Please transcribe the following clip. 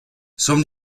som